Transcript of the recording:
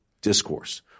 discourse